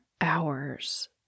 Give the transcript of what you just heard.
hours